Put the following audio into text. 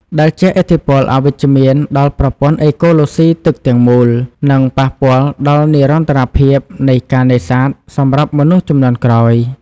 ដែលជះឥទ្ធិពលអវិជ្ជមានដល់ប្រព័ន្ធអេកូឡូស៊ីទឹកទាំងមូល និងប៉ះពាល់ដល់និរន្តរភាពនៃការនេសាទសម្រាប់មនុស្សជំនាន់ក្រោយ។